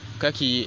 kaki